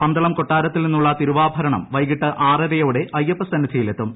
പന്തളം കൊട്ടാരത്തിൽ നിന്നുള്ള തിരുവാഭരണം വൈകിട്ട് ആറരയോടെ അയ്യപ്പസന്നിധിയിൽ എത്തും